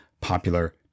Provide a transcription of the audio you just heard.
popular